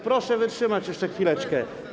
Proszę wytrzymać jeszcze chwileczkę.